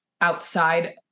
outside